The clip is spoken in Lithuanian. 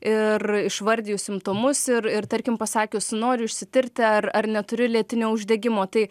ir išvardijus simptomus ir ir tarkim pasakius noriu išsitirti ar ar neturiu lėtinio uždegimo tai